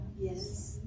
Yes